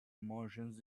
martians